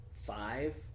five